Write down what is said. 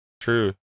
True